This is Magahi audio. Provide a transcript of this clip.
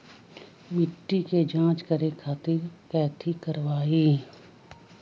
मिट्टी के जाँच करे खातिर कैथी करवाई?